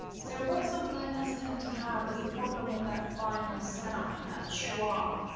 so what some learners tend to have is a problem with that final sound, that schwa.